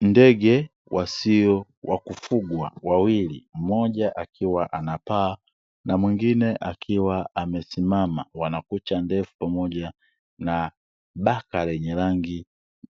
Ndege wasio wa kufugwa wawili, mmoja akiwa anapaaa na mwingine akiwa amesimama. Wanakucha ndefu pamoja na baka lenye rangi